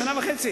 לשנה וחצי